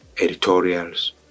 editorials